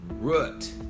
Root